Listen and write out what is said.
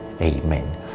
Amen